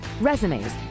resumes